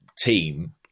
team